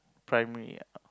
primary ah